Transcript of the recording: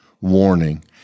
warning